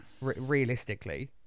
realistically